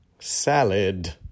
salad